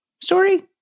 Story